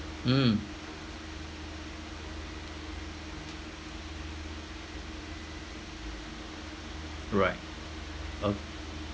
mm right oh